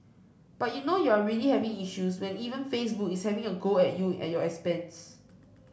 but you know you're really having issues when even Facebook is having a go at you at your expense